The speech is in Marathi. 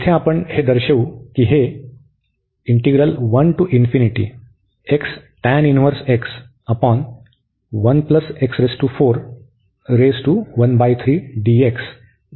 येथे आपण हे दर्शवू की हे डायव्हर्ज होते